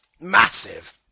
Massive